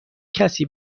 کسی